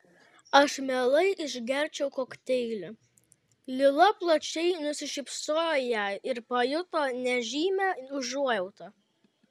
aš mielai išgerčiau kokteilį lila plačiai nusišypsojo jai ir pajuto nežymią užuojautą